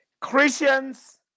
Christians